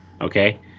Okay